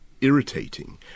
irritating